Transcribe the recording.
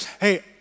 hey